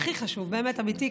הכי חשוב, באמת, אמיתי.